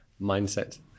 mindset